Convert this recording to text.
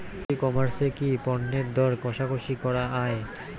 ই commerce এ কি পণ্যের দর কশাকশি করা য়ায়?